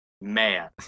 man